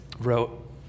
wrote